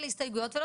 ההסבר.